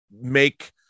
make